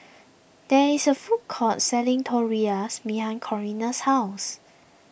there is a food court selling Tortillas behind Corrina's house